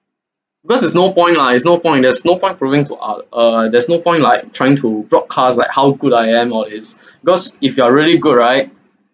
because is no point lah is no point there is no point proving to oth~ uh there's no point like trying to broadcast like how good I am or is because if you are really good right